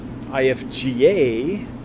IFGA